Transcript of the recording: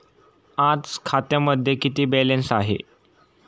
आज खात्यामध्ये किती बॅलन्स आहे?